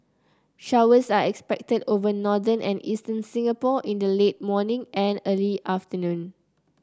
showers are expected over northern and eastern Singapore in the late morning and early afternoon